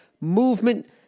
movement